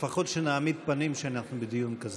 לפחות שנעמיד פנים שאנחנו בדיון כזה.